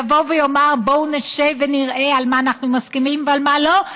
יבוא ויאמר: בואו נשב ונראה על מה אנחנו מסכימים ועל מה לא,